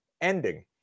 ending